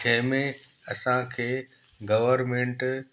कंहिंमें असांखे गवर्मेंट